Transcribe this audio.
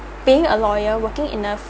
being a lawyer working enough